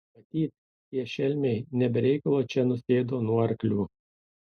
matyt tie šelmiai ne be reikalo čia nusėdo nuo arklių